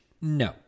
No